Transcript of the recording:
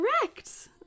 Correct